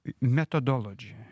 methodology